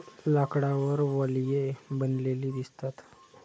लाकडावर वलये बनलेली दिसतात